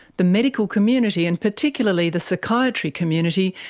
the medical community, and particularly the psychiatry community,